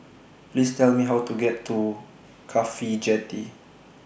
Please Tell Me How to get to Cafhi Jetty